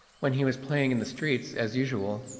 when he was playing in the streets as usual,